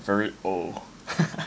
very old